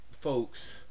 folks